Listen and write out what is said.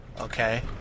Okay